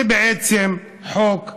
זה בעצם חוק הכחשה.